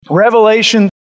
Revelation